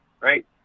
Right